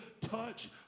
touch